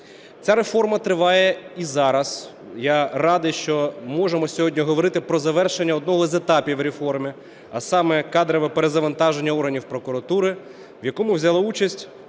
Ця реформа триває і зараз. Я радий, що ми можемо сьогодні говорити про завершення одного з етапів реформи, а саме – кадрове перезавантаження органів прокуратури, в якому взяли участь